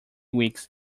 weeks